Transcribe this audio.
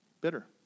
bitter